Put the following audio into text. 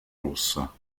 russa